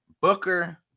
Booker